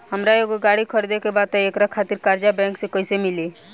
हमरा एगो गाड़ी खरीदे के बा त एकरा खातिर कर्जा बैंक से कईसे मिली?